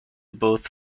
both